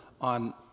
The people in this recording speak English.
on